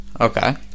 Okay